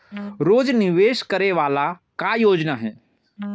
रोज निवेश करे वाला का योजना हे?